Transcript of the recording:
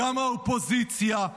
גם האופוזיציה,